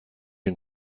une